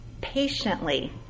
patiently